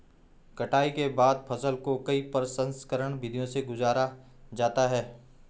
कटाई के बाद फसल को कई प्रसंस्करण विधियों से गुजारा जाता है